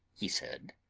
he said,